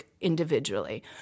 individually